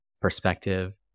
perspective